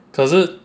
可是